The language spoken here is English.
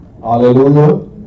Hallelujah